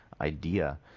idea